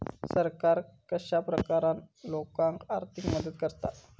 सरकार कश्या प्रकारान लोकांक आर्थिक मदत करता?